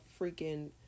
freaking